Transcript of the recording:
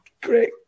Great